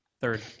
Third